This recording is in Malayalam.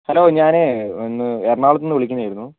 ഹലോ ഞാൻ ഒന്ന് എറണാകുളത്തുനിന്ന് വിളിക്കുന്നതായിരുന്നു